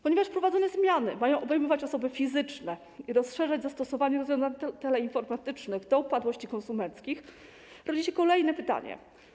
Ponieważ wprowadzone zmiany mają obejmować osoby fizyczne i rozszerzać zastosowanie rozwiązań teleinformatycznych do upadłości konsumenckich, rodzi się kolejne pytanie: